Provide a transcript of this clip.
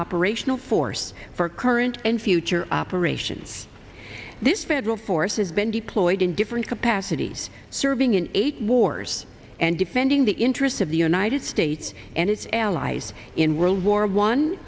operational force for current and future operations this federal forces been deployed in different capacities serving in eight wars and defending the interests of the united states and its allies in world war one